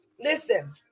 Listen